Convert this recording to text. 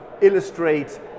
illustrate